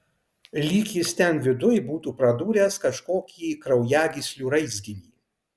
lyg jis ten viduj būtų pradūręs kažkokį kraujagyslių raizginį